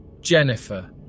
Jennifer